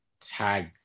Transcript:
tag